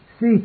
See